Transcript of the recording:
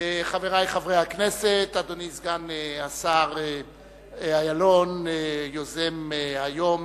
חברי חברי הכנסת, אדוני סגן השר אילון, יוזם היום